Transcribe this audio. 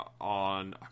On